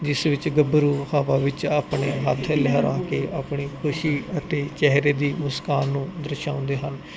ਜਿਸ ਵਿੱਚ ਗੱਭਰੂ ਹਵਾ ਵਿੱਚ ਆਪਣੇ ਹੱਥ ਲਹਿਰਾ ਕੇ ਆਪਣੀ ਖੁਸ਼ੀ ਅਤੇ ਚਿਹਰੇ ਦੀ ਮੁਸਕਾਨ ਨੂੰ ਦਰਸ਼ਾਉਂਦੇ ਹਨ